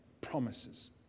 promises